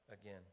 again